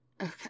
okay